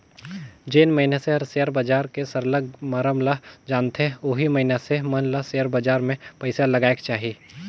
जेन मइनसे हर सेयर बजार के सरलग मरम ल जानथे ओही मइनसे मन ल सेयर बजार में पइसा लगाएक चाही